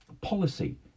policy